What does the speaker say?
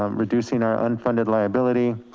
um reducing our unfunded liability.